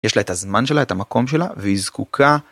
יש לה את הזמן שלה את המקום שלה והיא זקוקה